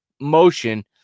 motion